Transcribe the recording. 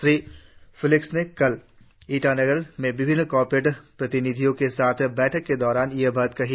Shri Felix ने कल ईटानगर में विभिन्न कॉर्पोरेट प्रतिनिधियों के साथ बैठक के दौरान यह बात कही